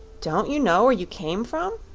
don't you know where you came from?